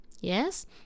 yes